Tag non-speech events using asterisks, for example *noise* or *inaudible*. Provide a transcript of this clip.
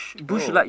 *noise* oh